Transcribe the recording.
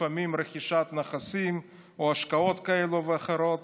ולפעמים רכישת נכסים או השקעות כאלה ואחרות,